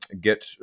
get